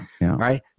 right